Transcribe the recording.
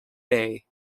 bay